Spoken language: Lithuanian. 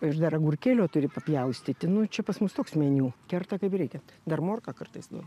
ir dar agurkėlio turi papjaustyti nu čia pas mus toks meniu kerta kaip reikia dar morką kartais duodu